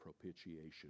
propitiation